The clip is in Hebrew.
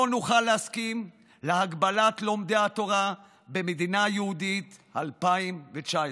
לא נוכל להסכים להגבלת לומדי התורה במדינה יהודית ב-2019.